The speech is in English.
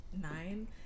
nine